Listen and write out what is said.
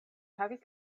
havis